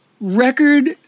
record